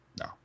No